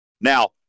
Now